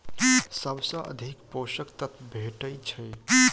सबसँ अधिक पोसक तत्व भेटय छै?